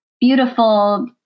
beautiful